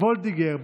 מיכל וולדיגר,